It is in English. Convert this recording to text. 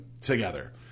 together